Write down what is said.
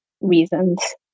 reasons